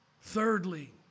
thirdly